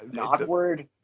awkward